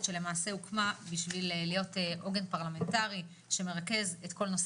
שהוקמה כדי להיות עוגן פרלמנטרי שמרכז בכנסת את כל נושא